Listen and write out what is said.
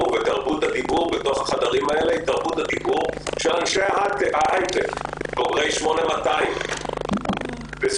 הדיבור ותרבות הדיבור של אנשי ההייטק בוגרי 8200 וזאת